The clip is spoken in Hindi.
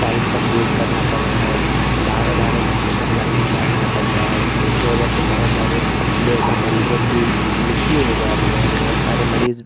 टाइम तक वेट करना पड़ रहा है बारह बारह घण्टे तक लाइन में लगना पड़ रहा है जिसकी वज़ह से बहुत ज़्यादा लोगों मरीज़ों की मृत्यु हो जा रही है और बहुत सारे मरीज़